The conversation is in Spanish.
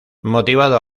motivado